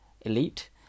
elite